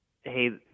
hey